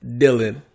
Dylan